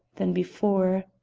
than before.